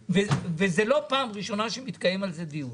וזה לא פעם ראשונה שמתקיים על זה דיון.